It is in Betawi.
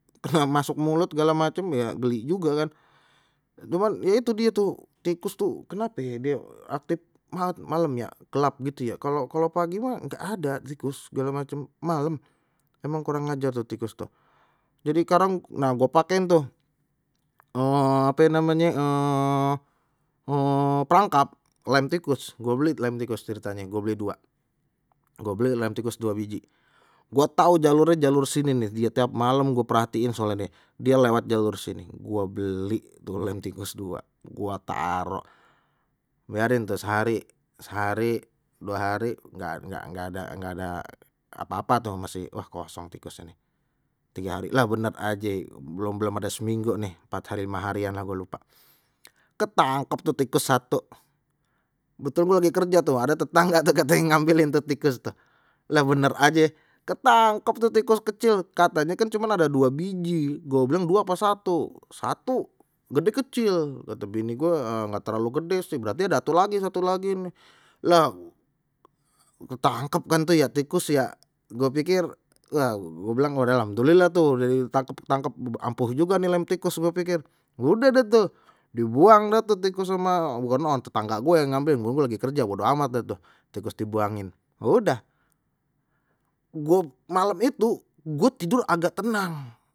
Pernah masuk mulut segala macem ya geli juga kan, cuman ya itu dia tuh tikus tuh kenape ye dia aktip mal malam ya kelap gitu ya kalau kalau pagi mah nggak ada tikus segala macem malam, emang kurang ajar tu tikus tu, jadi sekarang nah gua pakein tuh ape namenye perangkap lem tikus gua beli lem tikus ceritanye gua beli dua gua beli lem tikus dua biji, gua tahu jalurnye jalur sini nih tiap ya malam gua perhatiin soalnya die, die lewat jalur sini gua beli tuh lem tikus dua, gua tarok biarin tuh sehari sehari dua hari nggak nggak nggak nggak ada nggak ada apa-apa tuh, masih wah kosong tikusnye nih tiga hari lah bener aje, belum belum ada seminggu nih empat hari lima harian lah gua, ketangkep tu tikus satu untung gua lagi kerja tuh ada tetangga tuh katenye ngambilin tuh tikus, lah bener aje ketangkep tuh tikus kecil katenye kan cuman ada dua biji gua bilang dua apa satu, satu, gede kecil kata bini gua nggak terlalu gede sih berarti ada atu lagi satu lagi nih, lha ketangkap kan tu ya tikus ya gue pikir wah gua bilang gua udah alhamdulillah tuh ditangkep tangkep ampuh juga nih lem tikus gua pikir, udeh deh tu dibuang dah tu tikus ama tetangga gue yang ngambil gue gue lagi kerja bodo amat deh tu tikus dibuangin, udah gua malem itu gua tidur agak tenang.